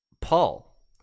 Paul